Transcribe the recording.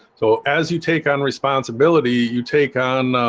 so as you take on responsibility you take on